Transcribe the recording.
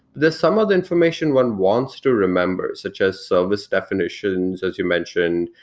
there's some other information one wants to remember, such as service definitions, as you mentioned,